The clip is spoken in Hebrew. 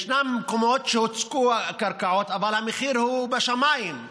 ישנם מקומות שהוקצו קרקעות אבל המחיר הוא בשמיים.